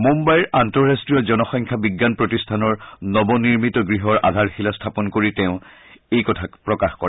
মুঘাইৰ আন্তঃৰাষ্ট্ৰীয় জনসংখ্যা বিজ্ঞান প্ৰতিষ্ঠানৰ নৱনিৰ্মিত গৃহৰ আধাৰশিলা স্থাপন কৰি এই কথা প্ৰকাশ কৰে